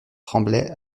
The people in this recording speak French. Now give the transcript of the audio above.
tremblay